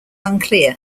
unclear